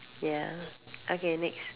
ya okay next